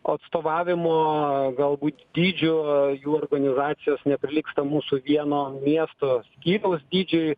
atstovavimo galbūt dydžiu jų organizacijos neprilygsta mūsų vieno miesto skyriaus dydžiui